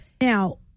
now